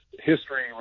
history